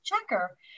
checker